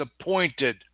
appointed